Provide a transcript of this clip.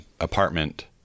apartment